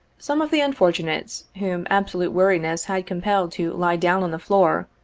some of the unfortunates, whom absolute weariness had compelled to lie down on the floor,